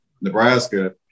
Nebraska